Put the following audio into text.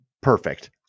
Perfect